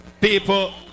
people